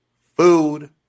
food